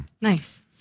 nice